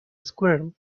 squirrel